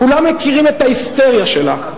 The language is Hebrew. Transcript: כולם מכירים את ההיסטריה שלה,